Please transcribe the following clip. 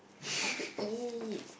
want to eat